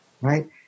Right